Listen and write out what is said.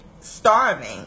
starving